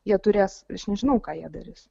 jie turės aš nežinau ką jie darys